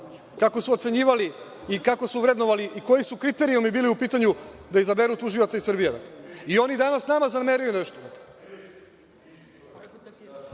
kako su ocenjivali i kako su vrednovali i koji su kriterijumi bili u pitanju da izaberu tužioca. Oni danas nama zameraju nešto.